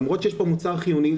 למרות שיש פה מוצר חיוני,